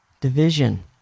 Division